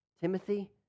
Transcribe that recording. Timothy